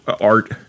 art